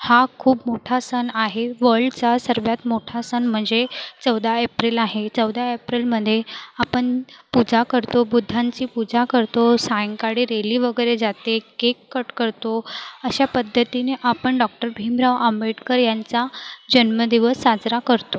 हा खूप मोठा सण आहे वल्डचा सर्वात मोठा सण म्हणजे चौदा एप्रिल आहे चौदा एप्रिलमध्ये आपण पूजा करतो बुद्धांची पूजा करतो सायंकाळी रेली वगैरे जाते केक कट करतो अशा पद्धतीने आपण डॉक्टर भीमराव आंबेडकर यांचा जन्मदिवस साजरा करतो